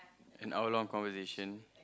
an our long conversation